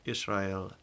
Israel